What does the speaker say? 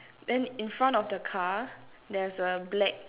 then in front of the car there's a black